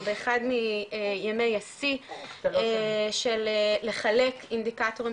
מאחד מימי השיא של לחלק אינדיקטורים,